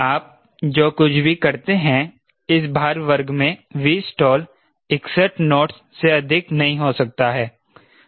आप जो कुछ भी करते हैं इस भार वर्ग में Vstall 61 नोट्स से अधिक नहीं हो सकता है